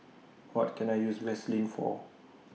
What Can I use Vaselin For